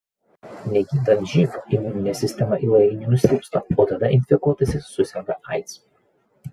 negydant živ imuninė sistema ilgainiui nusilpsta o tada infekuotasis suserga aids